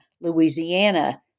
Louisiana